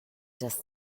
des